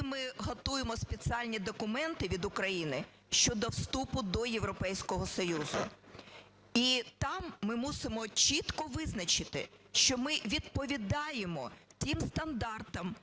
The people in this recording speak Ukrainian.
ми готуємо спеціальні документи від України щодо вступу до Європейського Союзу. І там ми мусимо чітко визначити, що ми відповідаємо тим стандартам,